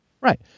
Right